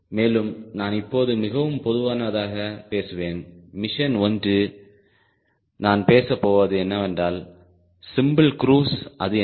மேலும் நான் இப்போது மிகவும் பொதுவானதாக பேசுவேன் மிஷன் ஒன்று நான் பேசப்போவது என்னவென்றால் சிம்பிள் க்ரூஸ் அது என்ன